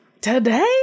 today